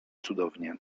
cudownie